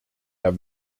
herr